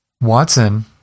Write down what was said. Watson